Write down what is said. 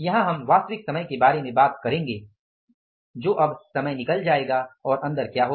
यहां हम वास्तविक समय के बारे में बात करेंगे तो अब समय निकल जाएगा और अंदर क्या होगा